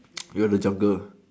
you are the jungle